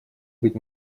быть